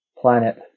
planet